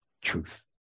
Truth